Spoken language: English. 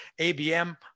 ABM